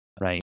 Right